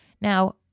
Now